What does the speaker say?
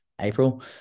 April